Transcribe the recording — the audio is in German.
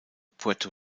puerto